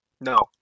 No